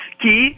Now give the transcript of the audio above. que